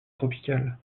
tropicales